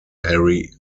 harry